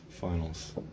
Finals